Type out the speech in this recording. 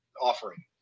offering